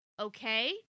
Okay